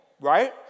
right